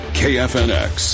kfnx